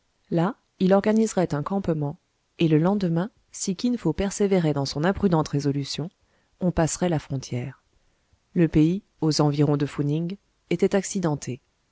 là il organiserait un campement et le lendemain si kin fo persévérait dans son imprudente résolution on passerait la frontière le pays aux environs de fou ning était accidenté